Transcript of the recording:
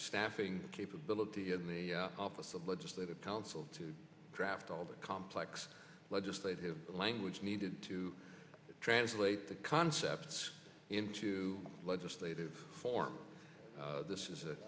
staffing capability in the office of legislative council to craft all the complex legislative language needed to translate the concepts into legislative form this is a